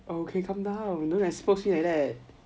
okay calm down don't expose me like that